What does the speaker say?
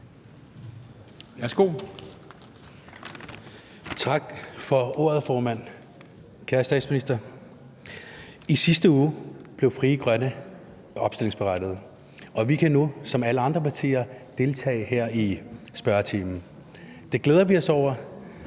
(FG): Tak for ordet, formand. Kære statsminister, i sidste uge blev Frie Grønne opstillingsberettiget, og vi kan nu som alle andre partier deltage her i spørgetimen. Det glæder vi os over,